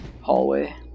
hallway